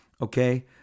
Okay